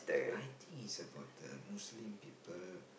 I think is about the Muslim people